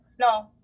no